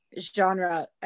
genre